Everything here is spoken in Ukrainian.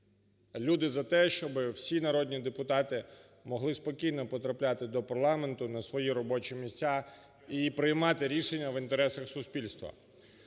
Люди за те, щоб всі народні депутати могли спокійно потрапляти до парламенту, на свої робочі місця і приймати рішення в інтересах суспільства.